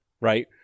right